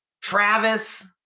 Travis